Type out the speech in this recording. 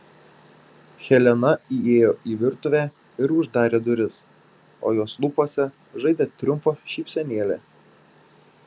helena įėjo į virtuvę ir uždarė duris o jos lūpose žaidė triumfo šypsenėlė